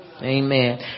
Amen